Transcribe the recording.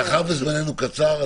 מאחר שזממנו קצר,